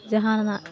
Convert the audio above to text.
ᱡᱟᱦᱟᱸ ᱨᱮᱱᱟᱜ